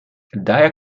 daher